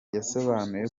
yasobanuye